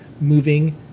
moving